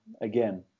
again